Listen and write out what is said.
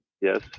yes